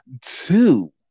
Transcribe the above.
two